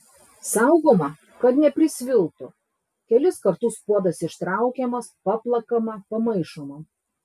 saugoma kad neprisviltų kelis kartus puodas ištraukiamas paplakama pamaišoma